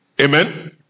amen